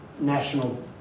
national